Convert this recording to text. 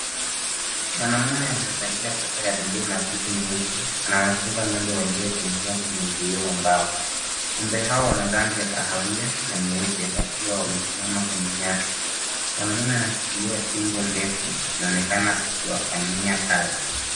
Mwanamume amevalia sweta ya buluu na buti nyeusi anawachunga ng'ombe waliofungiwa na uzio wa mbao.Ng'ombe hao wana rangi ya kahawia na nyeupe wakiwa wamesimama kwenye nyasi. Mwanamume anashikilia fimbo ndefu akionekana akiwafanyia kazi.